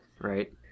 right